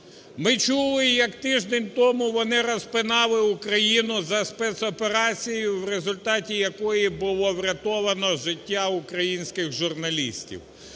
Ми чули, як тиждень тому вони розпинали Україну за спецоперацію, в результаті якої було врятовано життя українських журналістів.